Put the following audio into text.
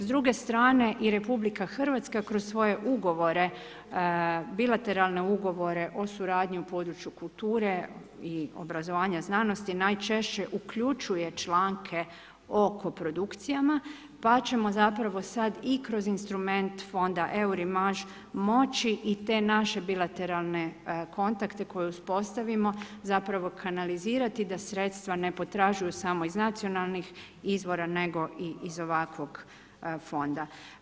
S druge strane i RH kroz svoje ugovore bilateralne ugovore o suradnju u području kulture i obrazovanja i znanosti, najčešće uključuje članke oko produkcijama, pa ćemo zapravo sada i kroz instrument fonda eurimaž, moći i te naše bilateralne kontakte, koje uspostavimo, zapravo kanalizirati, da sredstva ne potražuju samo iz nacionalnih izvora, nego i iz ovakvog fonda.